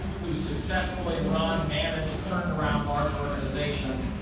who successfully run, managed, turned around large organizations,